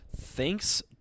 Thanks